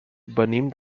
venim